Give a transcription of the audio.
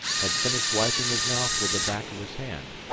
had finished wiping his mouth with the back of his hand.